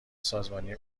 سازمانی